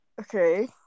Okay